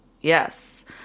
yes